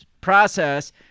process